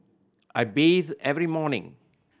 I bathe every morning